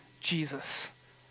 Jesus